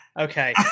Okay